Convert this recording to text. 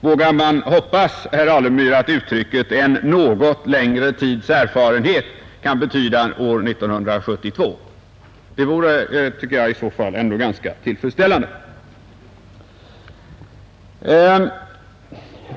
Vågar man hoppas, herr Alemyr, att uttrycket ”en något längre tids erfarenhet” kan betyda att en omprövning blir aktuell år 1972? Det vore i så fall ganska tillfredsställande.